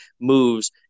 moves